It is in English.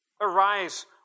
Arise